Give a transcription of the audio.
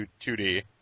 2D